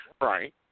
Right